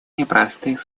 непростых